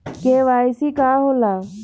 KYC का होला?